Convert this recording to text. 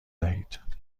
دهید